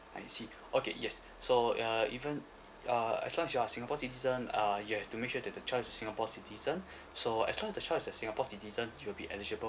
I see okay yes so uh even uh as long as you are singapore citizen uh you have to make sure that the child is singapore citizen so as long as the child is singapore citizen you will be eligible